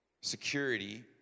security